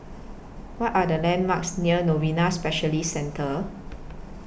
What Are The landmarks near Novena Specialist Centre